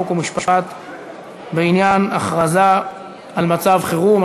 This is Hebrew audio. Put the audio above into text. חוק ומשפט בעניין הכרזה על מצב חירום.